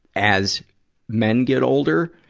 as men get older,